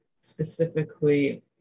specifically